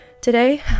today